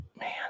Man